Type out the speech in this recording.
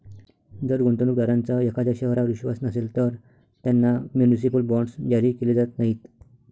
जर गुंतवणूक दारांचा एखाद्या शहरावर विश्वास नसेल, तर त्यांना म्युनिसिपल बॉण्ड्स जारी केले जात नाहीत